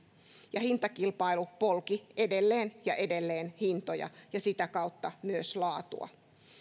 ja hintakilpailu polki edelleen ja edelleen hintoja ja sitä kautta myös laatua